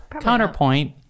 counterpoint